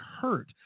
hurt